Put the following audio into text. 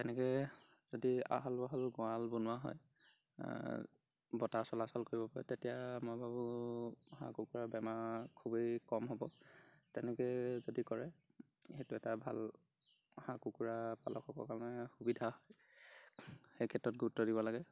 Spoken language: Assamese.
তেনেকৈ যদি আহল বহল গঁৰাল বনোৱা হয় বতাহ চলাচল কৰিব পাৰে তেতিয়া মই ভাবো হাঁহ কুকুৰাৰ বেমাৰ খুবেই কম হ'ব তেনেকৈ যদি কৰে সেইটো এটা ভাল হাঁহ কুকুৰা পালক হ'বৰ কাৰণে সুবিধা হয় সেই ক্ষেত্ৰত গুৰুত্ব দিব লাগে